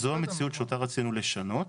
זאת המציאות שאותה רצינו לשנות.